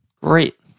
Great